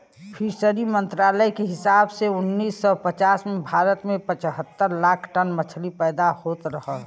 fishery मंत्रालय के हिसाब से उन्नीस सौ पचास में भारत में पचहत्तर लाख टन मछली पैदा होत रहल